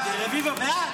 מאבק בפשיעה החקלאית),